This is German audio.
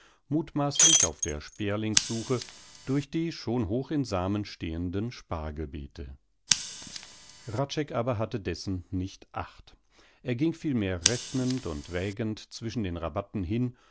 muthmaßlich auf der sperlingssuche durch die schon hoch in samen stehenden spargelbeete hradscheck aber hatte dessen nicht acht er ging vielmehr rechnend und wägend zwischen den rabatten hin